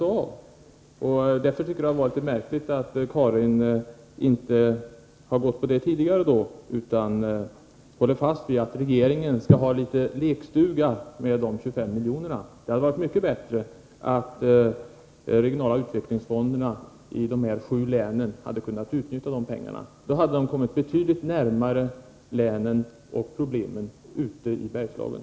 Jag tycker det var litet märkligt att Karin Flodström inte har anslutit sig till detta tidigare utan håller fast vid att regeringen skall ha en liten lekstuga med de 25 miljonerna. Det hade varit mycket bättre att de regionala utvecklingsfonderna i de här sju länen hade kunnat utnyttja dessa pengar. Då hade de kornmit betydligt närmare länen och problemen ute i Bergslagen.